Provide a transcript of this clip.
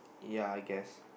ya I guess